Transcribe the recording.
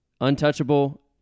untouchable